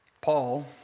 Paul